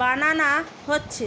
বানানা হচ্ছে